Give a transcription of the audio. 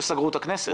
שסגרו את הכנסת,